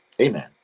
amen